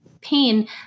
pain